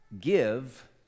Give